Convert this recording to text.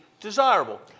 desirable